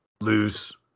lose